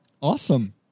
Awesome